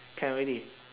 can already